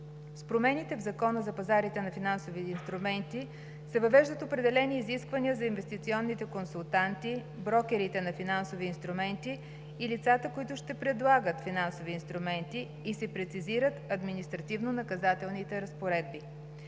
С промените в Закона за пазарите на финансови инструменти се въвеждат определени изисквания за инвестиционните консултанти, брокерите на финансови инструменти и лицата, които ще предлагат финансови инструменти, и се прецизират административнонаказателните разпоредби.